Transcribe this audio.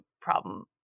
problem